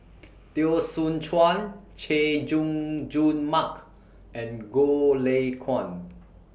Teo Soon Chuan Chay Jung Jun Mark and Goh Lay Kuan